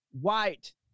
white